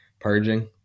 purging